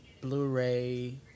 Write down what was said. Blu-ray